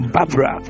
Barbara